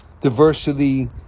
diversity